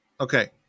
okay